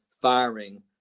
firing